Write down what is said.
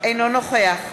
נגד